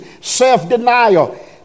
self-denial